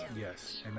Yes